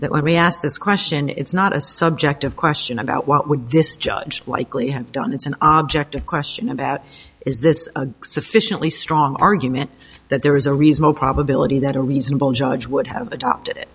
that let me ask this question it's not a subjective question about what this judge likely had done it's an object a question about is this a sufficiently strong argument that there is a reasonable probability that a reasonable judge would have